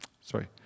sorry